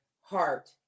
heart